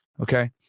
Okay